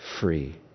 free